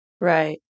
Right